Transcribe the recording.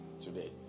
today